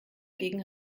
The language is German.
gegen